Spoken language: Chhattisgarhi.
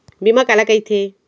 बीमा काला कइथे?